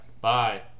Bye